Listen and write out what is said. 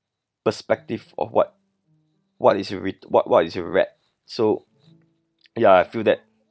perspective of what what is writ~ what what is uh read so ya I feel that